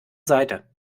seite